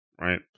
right